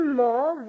more